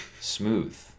Smooth